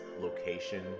location